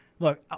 Look